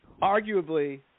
arguably